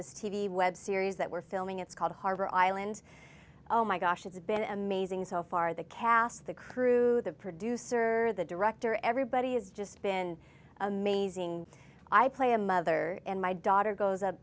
this t v web series that we're filming it's called harbor island oh my gosh it's been amazing so far the cast the crew the producer the director everybody has just been amazing i play a mother and my daughter goes up